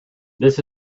this